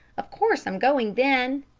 of course i'm going then!